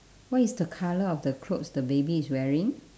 what is the colour of the clothes the baby is wearing